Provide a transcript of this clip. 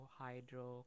hydro